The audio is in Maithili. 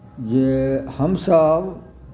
जे हमसभ